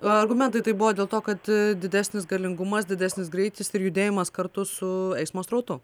argumentai tai buvo dėl to kad didesnis galingumas didesnis greitis ir judėjimas kartu su eismo srautu